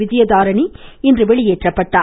விஜயதாரணி இன்று வெளியேற்றப்பட்டார்